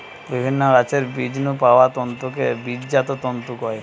বিভিন্ন গাছের বীজ নু পাওয়া তন্তুকে বীজজাত তন্তু কয়